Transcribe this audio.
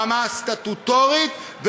ברמה הסטטוטורית,